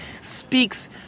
speaks